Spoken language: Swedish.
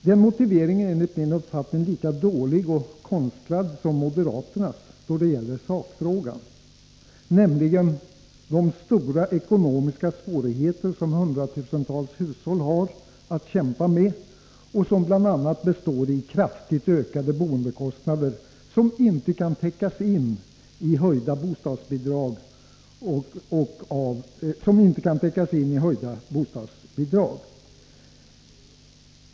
Denna motiveringen är enligt min uppfattning lika dålig och konstlad som moderaterns då det gäller sakfrågan, nämligen de stora ekonomiska svårigheter som hundratusentals hushåll har att kämpa med och som bl.a. består i kraftigt ökade boendekostnader, som inte kan täckas in i höjda bostadsbidrag.